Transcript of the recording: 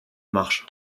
marche